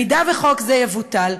במקרה שחוק זה יבוטל,